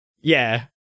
yeah-